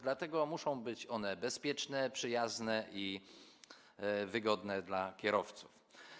Dlatego muszą być one bezpieczne, przyjazne i wygodne dla kierowców.